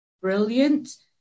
brilliant